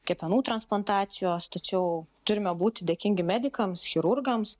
kepenų transplantacijos tačiau turime būti dėkingi medikams chirurgams